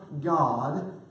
God